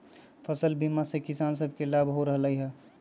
फसल बीमा से किसान सभके लाभ हो रहल हइ